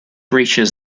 reaches